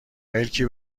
ملکی